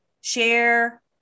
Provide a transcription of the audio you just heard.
share